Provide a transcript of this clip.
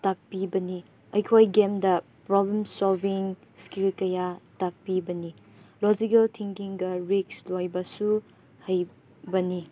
ꯇꯥꯛꯄꯤꯕꯅꯤ ꯑꯩꯈꯣꯏ ꯒꯦꯝꯗ problem solving skill ꯀꯌꯥ ꯇꯥꯛꯄꯤꯕꯅꯤ ꯂꯣꯖꯤꯀꯦꯜ ꯊꯤꯡꯀꯤꯡꯗ ꯔꯤꯛꯁ ꯂꯧꯕꯁꯨ ꯍꯩꯕꯅꯤ